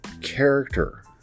character